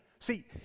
See